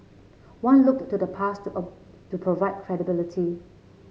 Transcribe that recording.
one looked to the past a to provide credibility